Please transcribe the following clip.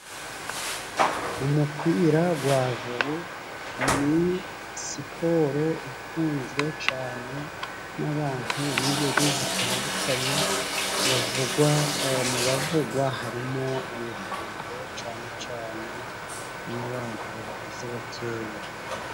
Umupira wa vore ni siporo ikunzwe cyane n'abantu b'ingeri zitandukanye, mu bavugwa harimo urubyiruko cyane cyane n'abantu bakuze bakeya.